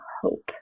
hope